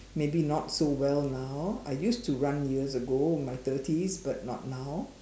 maybe not so well now I used to run years ago in my thirties but not now